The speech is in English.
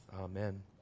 amen